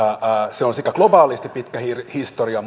sillä on pitkä historia